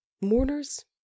mourners